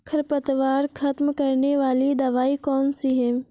खरपतवार खत्म करने वाली दवाई कौन सी है?